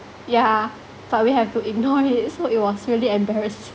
yeah but we have to ignore it so it was really embarrassing